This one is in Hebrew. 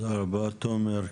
תודה רבה תומר.